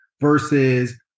versus